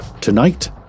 Tonight